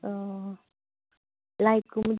ꯑꯣ ꯂꯥꯏꯠꯀꯨꯝꯕꯗꯤ